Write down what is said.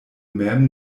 mem